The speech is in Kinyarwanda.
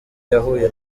yahuye